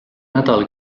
nädala